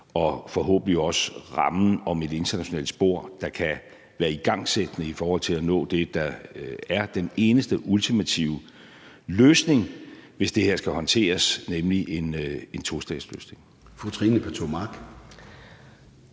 og forhåbentlig også danne rammen om et internationalt spor, der kan være igangsættende i forhold til at nå det, der er den eneste ultimative løsning, hvis det her skal håndteres, nemlig en tostatsløsning.